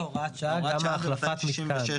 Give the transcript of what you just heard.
לא רק הוראת השעה גם החלפת משקל.